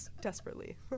desperately